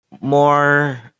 More